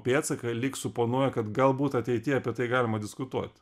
pėdsaką lyg suponuoja kad galbūt ateity apie tai galima diskutuot